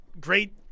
great